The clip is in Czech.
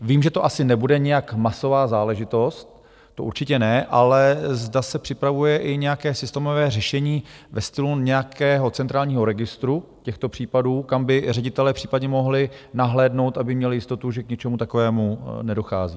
Vím, že to asi nebude nějak masová záležitost, to určitě ne, ale zda se připravuje i nějaké systémové řešení ve stylu nějakého centrálního registru těchto případů, kam by ředitelé případně mohli nahlédnout, aby měli jistotu, že k ničemu takovému nedochází?